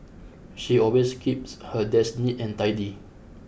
she always keeps her desk neat and tidy